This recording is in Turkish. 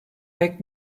pek